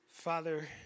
Father